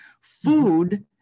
Food